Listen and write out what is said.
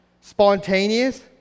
Spontaneous